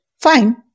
fine